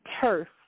turf